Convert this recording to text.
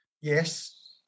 Yes